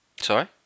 Sorry